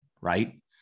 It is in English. right